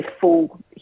full